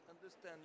understand